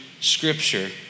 Scripture